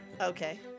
Okay